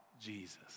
Jesus